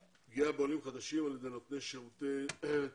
על סדר היום פגיעה בעולים חדשים על ידי נותני שירותי תיקונים.